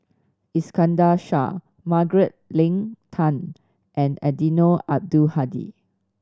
Iskandar Shah Margaret Leng Tan and Eddino Abdul Hadi